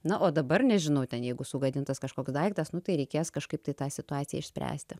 na o dabar nežinau ten jeigu sugadintas kažkoks daiktas nu tai reikės kažkaip tai tą situaciją išspręsti